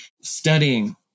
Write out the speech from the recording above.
studying